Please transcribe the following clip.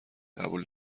قبول